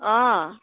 অঁ